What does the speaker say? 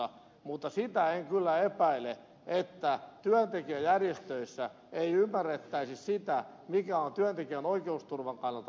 mutta sitä en kyllä epäile että työntekijäjärjestöissä ei ymmärrettäisi sitä mikä on työntekijän oikeusturvan kannalta tärkeää